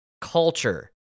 culture